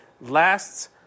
lasts